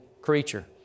creature